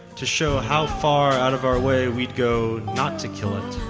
to show how far out of our way we'd go not to kill it.